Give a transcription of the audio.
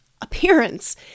appearance